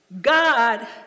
God